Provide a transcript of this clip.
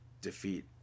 defeat